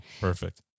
perfect